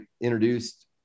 introduced